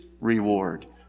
reward